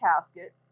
casket